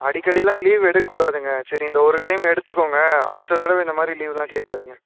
அடிக்கடிலாம் leave எடுக்கக் கூடாதுங்க சரி இந்த ஒரு டைம் எடுத்துக்கோங்க அடுத்த தடவை இந்த மாதிரி லீவெலாம் கேட்காதீங்க